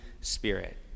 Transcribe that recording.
Spirit